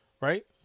right